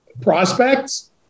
prospects